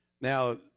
Now